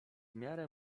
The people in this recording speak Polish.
miarę